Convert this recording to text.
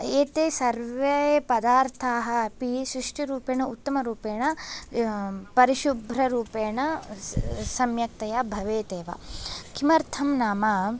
एते सर्वे पदार्थाः अपि सुष्ठुरूपेण उत्तमरूपेण परिशुभ्ररूपेण सम् सम्यक्तया भवेत् एव किमर्थं नाम